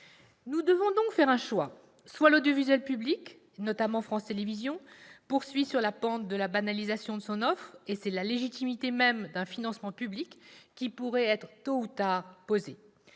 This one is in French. nous devons faire un choix. Soit l'audiovisuel public- notamment France Télévisions -poursuit sur la pente de la banalisation de son offre, et c'est la légitimité même d'un financement public qui pourrait être- tôt ou tard -posée.